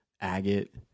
agate